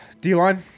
D-Line